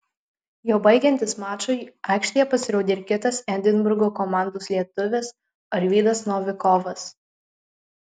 jau baigiantis mačui aikštėje pasirodė ir kitas edinburgo komandos lietuvis arvydas novikovas